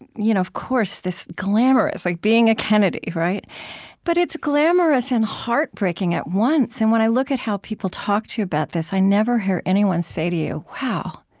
and you know of course, this glamorous like being a kennedy. but it's glamorous and heartbreaking at once. and when i look at how people talk to you about this, i never hear anyone say to you, wow,